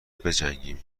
بجنگم